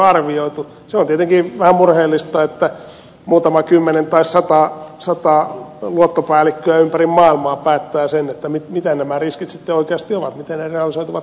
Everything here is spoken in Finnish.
se on tietenkin vähän murheellista että muutama kymmenen tai sata luottopäällikköä ympäri maailmaa päättää sen mitä nämä riskit sitten oikeasti ovat miten ne realisoituvat korkoihin